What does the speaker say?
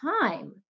time